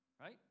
Right